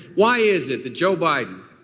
why is it that joe biden.